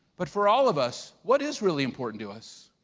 but for all of us, what is really important to us?